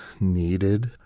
needed